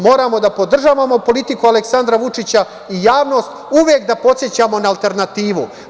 Moramo da podržavamo politiku Aleksandra Vučića i javnost da uvek podsećamo na alternativu.